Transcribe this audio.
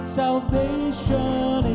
salvation